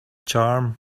charm